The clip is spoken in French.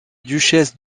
duchesse